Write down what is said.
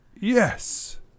Yes